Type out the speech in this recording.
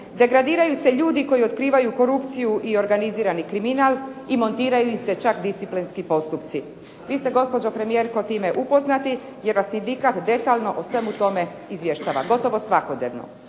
degradiraju se ljudi koji otkrivaju korupciju i organizirani kriminal i montiraju im se čak disciplinski postupci. Vi ste gospođo premijer s time upoznati jer vas sindikat detaljno o svemu tome izvještava gotovo svakodnevno.